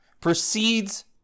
proceeds